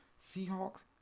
Seahawks